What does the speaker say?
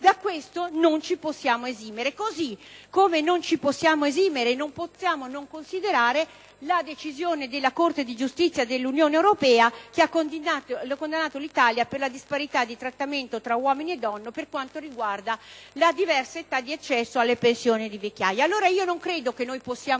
europea non ci possiamo esimere dal trattare tali argomenti. Inoltre, non possiamo non tener conto della decisione della Corte di giustizia dell'Unione europea, che ha condannato l'Italia per la disparità di trattamento tra uomini e donne per quanto riguarda la diversa età di accesso alla pensione di vecchiaia.